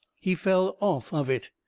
he fell off of it.